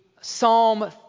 Psalm